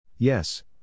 Yes